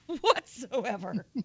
whatsoever